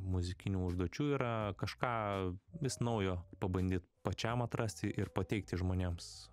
muzikinių užduočių yra kažką vis naujo pabandyt pačiam atrasti ir pateikti žmonėms